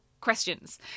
questions